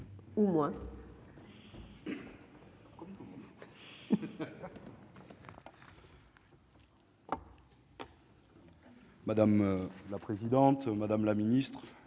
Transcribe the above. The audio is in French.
Madame la présidente, madame la secrétaire